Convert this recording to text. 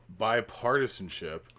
bipartisanship